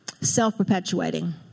self-perpetuating